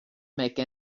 make